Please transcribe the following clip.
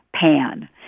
pan